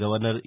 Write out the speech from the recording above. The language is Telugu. గవర్నర్ ఈ